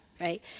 right